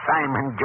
Simon